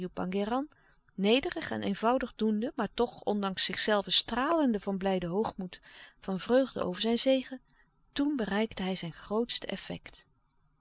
nederig en eenvoudig doende maar toch ondanks zichzelven stralende van blijden hoogmoed van vreugde over zijn zege toen bereikte hij zijn grootste effect